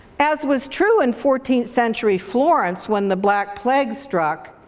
as was true in fourteenth century florence when the black plague struck,